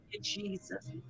Jesus